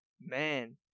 man